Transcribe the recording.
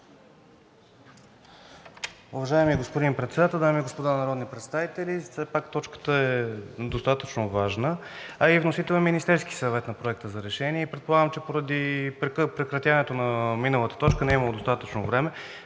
Уважаеми господин Председател, дами и господа народни представители! Все пак точката е достатъчно важна, а и вносител на Проекта за решение е Министерският съвет. Предполагам, че поради прекратяването на миналата точка не е имало достатъчно време,